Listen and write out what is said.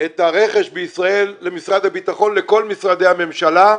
את הרכש בישראל למשרד הביטחון לכל משרדי הממשלה,